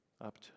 up